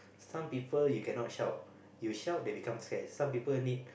some people you cannot shout you shout they become scared some people need